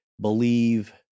believe